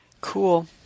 Cool